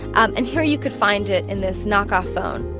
and here you could find it in this knock-off phone.